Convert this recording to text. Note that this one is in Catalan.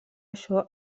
això